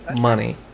money